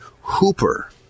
Hooper